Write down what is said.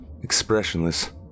expressionless